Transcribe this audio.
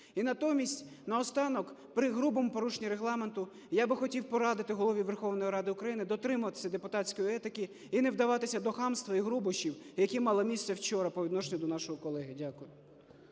І натомість, наостанок, при грубому порушенні Регламенту, я би хотів порадити Голові Верховної Ради України дотримуватися депутатської етики і не вдаватися до хамства і грубощів, які мали місце вчора по відношенню до нашого колеги. Дякую.